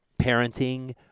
parenting